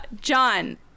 John